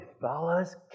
Fellas